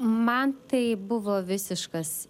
man tai buvo visiškas